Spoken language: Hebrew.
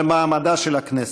על מעמדה של הכנסת.